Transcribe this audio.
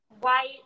white